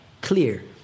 Clear